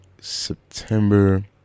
September